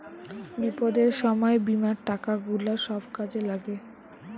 বিপদের সময় বীমার টাকা গুলা সব কাজে লাগে